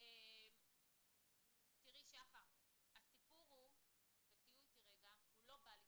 --- הסיפור הוא שהוא לא בא לצפות.